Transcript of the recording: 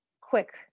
quick